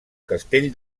castell